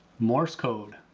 morse code.